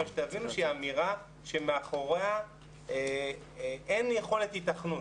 אבל שתבינו שזו אמירה שמאחוריה אין יכולת היתכנות.